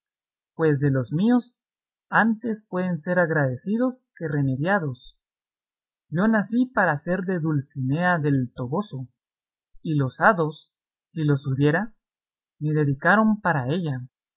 pues de los míos antes pueden ser agradecidos que remediados yo nací para ser de dulcinea del toboso y los hados si los hubiera me dedicaron para ella